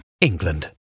England